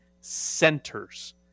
centers